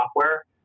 software